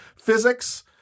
physics